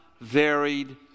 varied